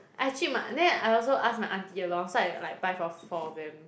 I treat my aunt then I also ask my aunty along so I like buy for four of them